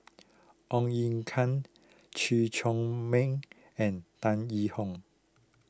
Ong Ye Kang Chew Chor Meng and Tan Yee Hong